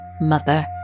Mother